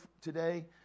today